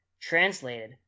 translated